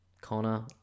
Connor